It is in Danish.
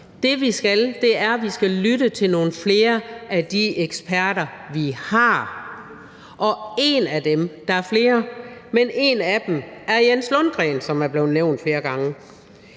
Det, vi skal, er, at vi skal lytte til nogle flere af de eksperter, vi har. Og en af dem, og der er flere, er Jens Lundgren, som er blevet nævnt flere gange.